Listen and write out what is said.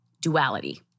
Duality